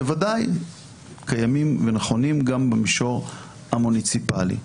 בוודאי קיימים ונכונים גם במישור המוניציפלי.